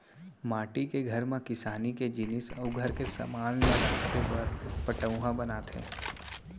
माटी के घर म किसानी के जिनिस अउ घर के समान ल राखे बर पटउहॉं बनाथे